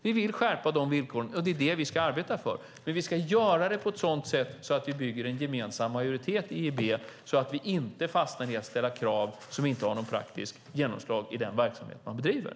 Vi vill skärpa de villkoren, och det är det vi ska arbeta för. Men vi ska göra det på ett sådant sätt att vi bygger en gemensam majoritet i EIB, så att vi inte fastnar i att ställa krav som inte får något praktiskt genomslag i den verksamhet man bedriver.